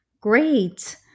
Great